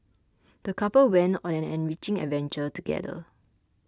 the couple went on an enriching adventure together